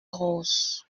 rose